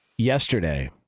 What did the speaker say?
Yesterday